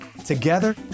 Together